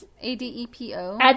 A-D-E-P-O